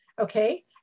Okay